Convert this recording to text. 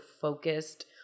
focused